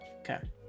Okay